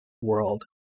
world